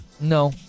No